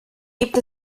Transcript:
gibt